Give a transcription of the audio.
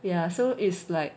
ya so it's like